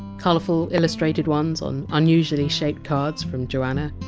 colourful illustrated ones on unusually shaped cards, from joanna.